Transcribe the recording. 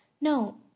No